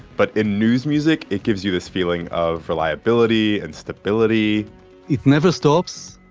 but in news music it gives you this feeling of reliability and stability it never stops.